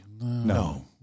No